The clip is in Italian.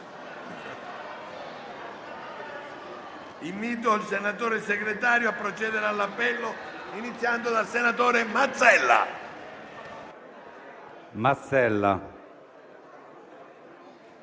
Invito il senatore Segretario a procedere all'appello, iniziando dal senatore Mazzella.